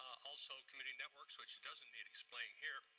also, community networks, which doesn't need explaining here.